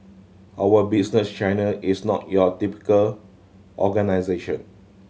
our Business China is not your typical organisation